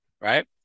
Right